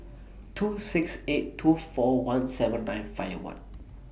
two six eight two four one seven nine five one